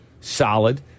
Solid